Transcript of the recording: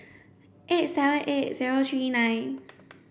eight seven eight zero three nine